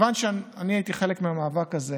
כיוון שהייתי חלק מהמאבק הזה